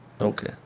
Okay